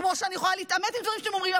כמו שאני יכולה להתעמת עם דברים שאתם אומרים.